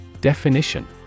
Definition